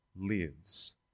lives